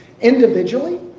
individually